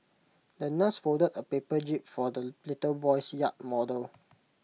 the nurse folded A paper jib for the little boy's yacht model